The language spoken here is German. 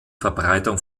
verbreitung